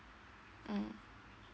um